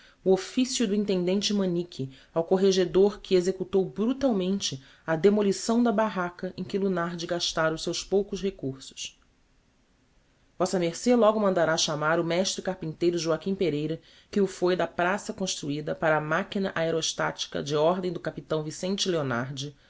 o officio do intendente manique ao corregedor que executou brutalmente a demolição da barraca em que lunardi gastára os seus poucos recursos vm ce logo mandará chamar o mestre carpinteiro joaquim pereira que o foi da praça construida para a machina aereostatica de ordem do capitão vicente leonardi